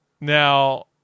Now